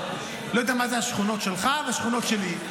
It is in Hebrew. אני לא יודע מה זה השכונות שלך והשכונות שלי.